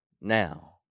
now